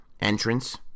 entrance